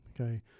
okay